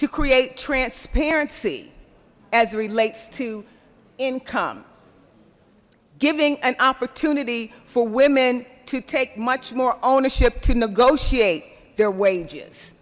to create transparency as relates to income giving an opportunity for women to take much more ownership to negotiate their wages